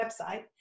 website